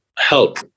Help